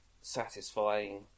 satisfying